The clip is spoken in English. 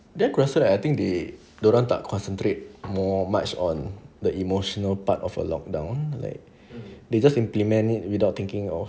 then aku rasa like I think they dia orang tak concentrate more much on the emotional part of a lockdown like they just implement without thinking of